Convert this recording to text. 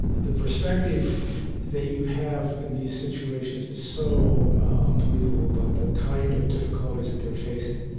the perspective that you have in these situations is so unbelievable about the kind of difficulties that they're facing.